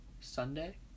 Sunday